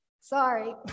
Sorry